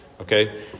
okay